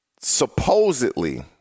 supposedly